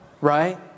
right